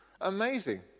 Amazing